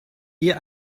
hier